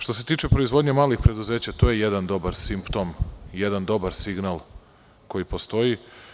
Što se tiče proizvodnje malih preduzeća, to je jedan dobar simptom, jedan dobar signal koji postoji.